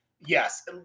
yes